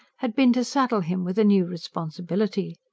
had been to saddle him with a new responsibility.